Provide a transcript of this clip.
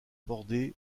bordée